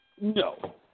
No